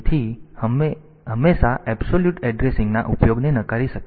તેથી તમે હંમેશા એબ્સોલ્યુટ એડ્રેસિંગના ઉપયોગને નકારી શકતા નથી